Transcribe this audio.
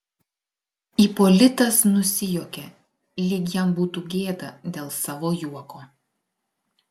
ipolitas nusijuokė lyg jam būtų gėda dėl savo juoko